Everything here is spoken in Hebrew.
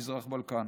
המזרח והבלקן.